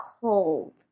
cold